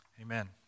Amen